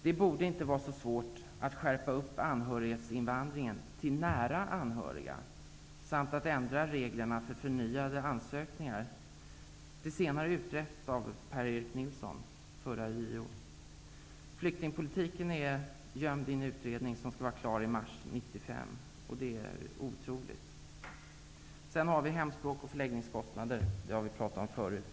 Det borde inte vara så svårt att begränsa anhöriginvandringen till att omfatta nära anhöriga samt att ändra reglerna för förnyade ansökningar. Det senare är utrett av Per-Erik Nilsson, som tidigare var JO. Flyktingpolitiken är gömd i en utredning som skall vara klar i mars 1995. Det är otroligt. Hemspråk och förläggningskostnader har vi pratat om förut.